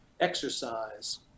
exercise